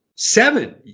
Seven